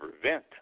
prevent